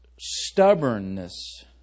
stubbornness